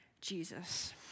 Jesus